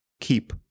keep